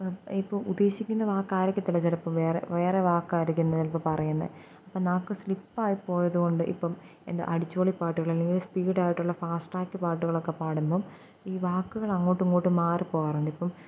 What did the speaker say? ഇപ്പോള് ഉദ്ദേശിക്കുന്ന വാക്കായിരിക്കത്തില്ല ചിലപ്പോള് വേറെ വേറെ വാക്കായിരിക്കും ചിലപ്പോള് പറയുന്നത് അപ്പോള് നാക്ക് സ്ലിപ്പായി പോയതു കൊണ്ട് ഇപ്പോള് എന്താണ് അടിച്ചുപൊളി പാട്ടുകൾ അല്ലെങ്കില് സ്പീഡായിട്ടുള്ള ഫാസ്ട്രാക്ക് പാട്ടുകളൊക്കെ പാടുമ്പോള് ഈ വാക്കുകൾ അങ്ങോട്ടും ഇങ്ങോട്ടും മാറിപ്പോകാറുണ്ട് ഇപ്പോള്